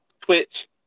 twitch